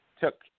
took